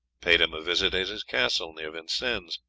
paid him a visit at his castle near vincennes,